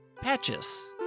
Patches